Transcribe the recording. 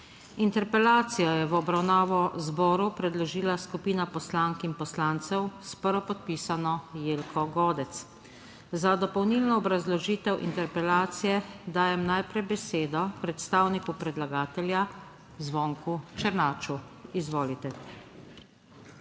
Interpelacijo je v obravnavo zboru predložila skupina poslank in poslancev s prvopodpisano Jelko Godec. Za dopolnilno obrazložitev interpelacije dajem najprej besedo predstavniku predlagatelja, Zvonku Černaču. Izvolite.